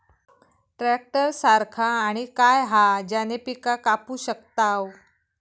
Tractor सारखा आणि काय हा ज्याने पीका कापू शकताव?